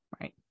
Right